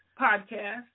Podcast